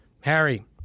Harry